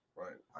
right